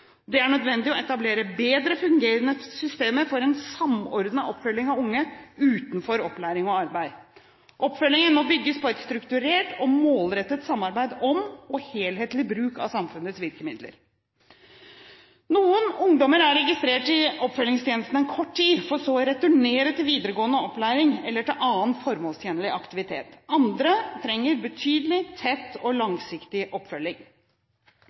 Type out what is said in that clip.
Det er nødvendig å etablere bedre fungerende systemer for en samordnet oppfølging av unge utenfor opplæring og arbeid. Oppfølgingen må bygges på et strukturert og målrettet samarbeid om og helhetlig bruk av samfunnets virkemidler. Noen ungdommer er registrert i oppfølgingstjenesten en kort tid, for så å returnere til videregående opplæring eller til annen formålstjenlig aktivitet. Andre trenger betydelig tett og langsiktig oppfølging.